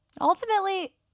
Ultimately